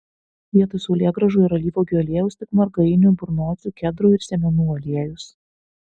vietoj saulėgrąžų ir alyvuogių aliejaus tik margainių burnočių kedrų ir sėmenų aliejus